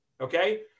okay